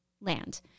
land